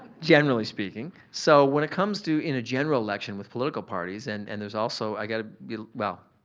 generally speaking. so, when it comes to, in a general election with political parties, and and there's also i gotta, well,